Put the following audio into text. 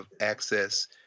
access